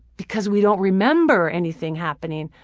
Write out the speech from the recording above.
because we don't remember anything happening.